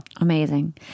amazing